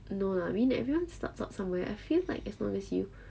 no lah I mean everyone starts up somewhere I feel like as long as you